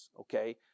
Okay